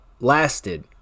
lasted